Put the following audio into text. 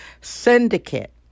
syndicate